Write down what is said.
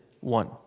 one